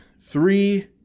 three